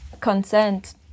consent